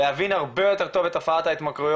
להבין הרבה יותר טוב את תופעת ההתמכרויות,